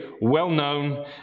well-known